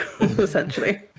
essentially